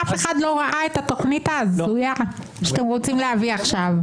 אף אחד לא ראה את התוכנית ההזויה שאתם רוצים להביא עכשיו.